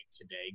today